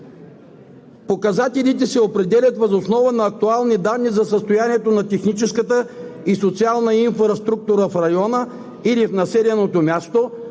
„Показателите се определят въз основа на актуални данни за състоянието на техническата и социална инфраструктура в района или в населеното място,